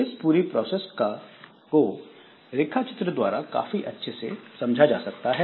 इस पूरी प्रोसेस को रेखा चित्र द्वारा काफी अच्छे से समझा जा सकता है